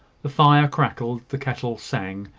the fire crackled, the kettle sang,